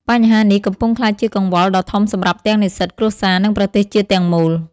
បញ្ហានេះកំពុងក្លាយជាកង្វល់ដ៏ធំសម្រាប់ទាំងនិស្សិត គ្រួសារ និងប្រទេសជាតិទាំងមូល។